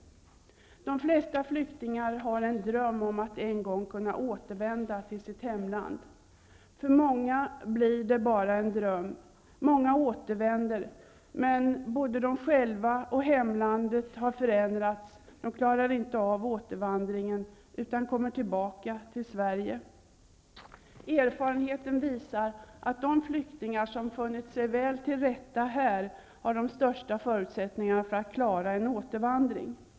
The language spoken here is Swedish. De flesta flyktingar har en dröm om att en gång kunna återvända till sitt hemland. För många blir det bara en dröm. Många andra återvänder, men både de själva och det forna hemlandet har förändrats, och de klarar inte av återvandringen, utan kommer tillbaka till Sverige. Erfarenheten visar att de flyktingar som funnit sig till rätta här har de största förutsättningarna för att klara en återvandring.